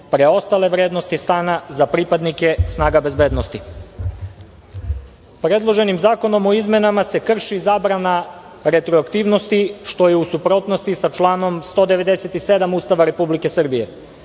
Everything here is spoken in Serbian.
preostale vrednosti stana za pripadnike snaga bezbednosti. Predloženim zakonom o izmenama se krši zabrana retroaktivnosti, što je u suprotnosti sa članom 197. Ustava Republike Srbije.